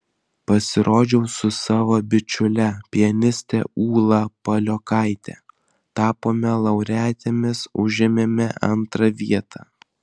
pasirodžiau su savo bičiule pianiste ūla paliokaite tapome laureatėmis užėmėme antrą vietą